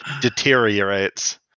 deteriorates